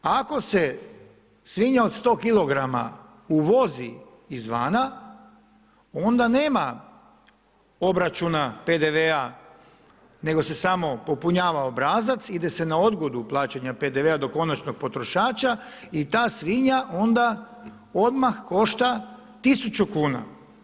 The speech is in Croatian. Ako se svinja od 100 kg uvozi izvana, onda nema obračuna PDV-a nego se samo popunjava obrazac, ide se na odgodu plaćanja PDV-a do konačnog potrošača i ta svinja onda odmah košta 1000 kuna.